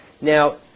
Now